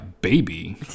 baby